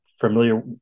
familiar